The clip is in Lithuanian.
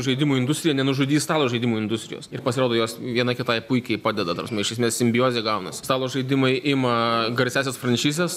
žaidimų industrija nenužudys stalo žaidimų industrijos ir pasirodo jos viena kitai puikiai padeda ta prasme iš esmės simbiozė gaunasi stalo žaidimai ima garsiąsias franšizes